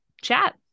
chat